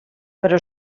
però